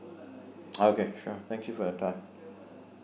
okay sure thank you for your time